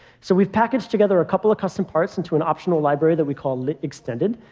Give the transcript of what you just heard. so we've packaged together a couple of custom parts into an optional library that we call lit-extended,